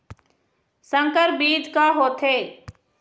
संकर बीज का होथे?